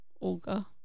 olga